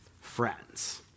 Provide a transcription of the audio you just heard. friends